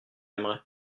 aimerait